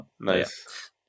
Nice